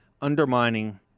undermining